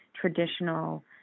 traditional